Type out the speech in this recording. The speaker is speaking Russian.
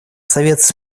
совет